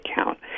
account